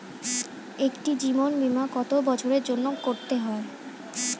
একটি জীবন বীমা কত বছরের জন্য করতে হয়?